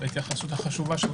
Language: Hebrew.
ההתייחסות החשובה שלך.